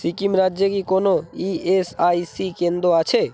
সিকিম রাজ্যে কি কোনো ই এস আই সি কেন্দ্র আছে